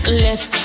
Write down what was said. left